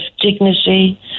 dignity